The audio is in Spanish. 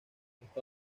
está